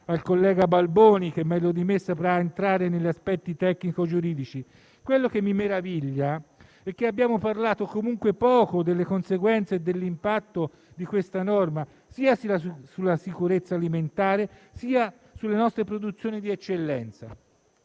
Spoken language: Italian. al collega Balboni, che meglio di me saprà entrare negli aspetti tecnico-giuridici. Quello che mi meraviglia è che abbiamo parlato comunque poco delle conseguenze e dell'impatto di questa norma sia sulla sicurezza alimentare, sia sulle nostre produzioni di eccellenza.